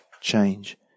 change